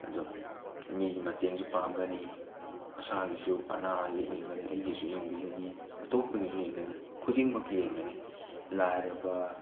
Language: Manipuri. ꯑꯗꯣ ꯃꯤꯒꯤ ꯃꯇꯦꯡꯁꯨ ꯄꯥꯡꯒꯅꯤ ꯃꯁꯥꯒꯤꯁꯨ ꯑꯅꯥ ꯑꯌꯦꯛ ꯌꯦꯡꯒꯅꯤ ꯑꯩꯒꯤꯁꯨ ꯌꯦꯡꯕꯤꯒꯅꯤ ꯑꯇꯣꯞꯄꯒꯤꯁꯨ ꯌꯦꯡꯒꯅꯤ ꯈꯨꯗꯤꯡꯃꯛ ꯌꯦꯡꯒꯅꯤ ꯂꯥꯏꯔꯕ